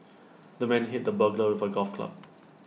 the man hit the burglar with A golf club